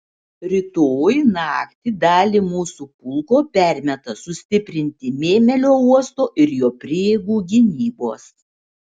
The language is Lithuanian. rytoj naktį dalį mūsų pulko permeta sustiprinti mėmelio uosto ir jo prieigų gynybos